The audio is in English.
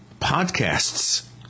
podcasts